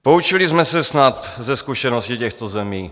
Poučili jsme se snad ze zkušenosti těchto zemí?